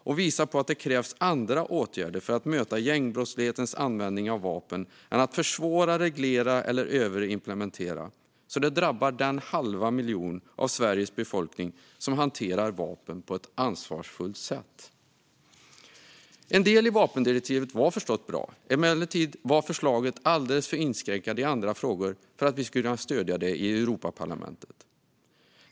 Det visar att det krävs andra åtgärder för att möta gängbrottslighetens användning av vapen än att försvåra, reglera eller överimplementera så att det drabbar den halva miljon av Sveriges befolkning som hanterar vapen på ett ansvarsfullt sätt. En del i vapendirektivet var förstås bra. Förslaget var emellertid alldeles för inskränkande i andra frågor för att vi skulle kunna stödja det i Europaparlamentet.